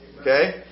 Okay